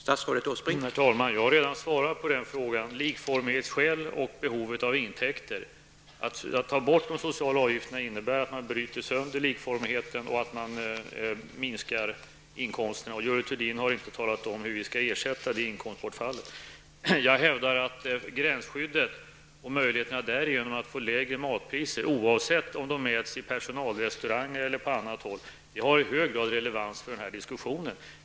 Herr talman! Jag har redan svarat på den frågan. Av likformighetsskäl och på grund av behovet av intäkter. Att ta bort de sociala avgifterna innebär att man bryter sönder likformigheten och att man minskar inkomsterna, och Görel Thurdin har inte talat om hur vi skall ersätta det inkomstbortfallet. Jag hävdar att borttagandet av gränsskyddet och möjligheterna att därigenom få lägre matpriser, oavsett om maten äts i personalrestauranger eller på annat håll, i hög grad har relevans för den här diskussionen.